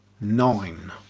nine